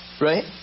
right